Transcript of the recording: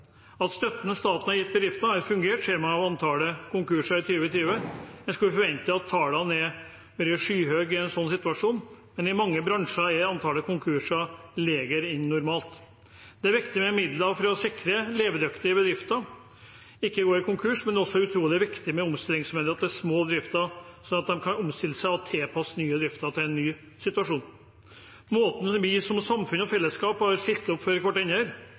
At støtten staten har gitt til bedrifter, har fungert, ser man av antallet konkurser i 2020. En skulle forvente at tallene er skyhøye i en slik situasjon, men i mange bransjer er antallet konkurser lavere enn normalt. Det er viktig med midler for å sikre at levedyktige bedrifter ikke går konkurs, men det er også utrolig viktig med omstillingsmidler til små bedrifter, slik at de kan omstille seg og tilpasse den nye driften til en ny situasjon. Måten vi som samfunn og fellesskap har stilt opp for